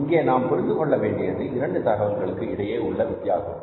இங்கே நாம் புரிந்து கொள்ள வேண்டியது இரண்டு தகவல்களுக்கு இடையே உள்ள வித்தியாசம்